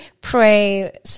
pray